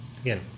again